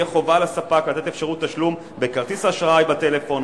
תהיה חובה לספק לתת אפשרות תשלום בכרטיס האשראי בטלפון,